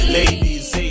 Ladies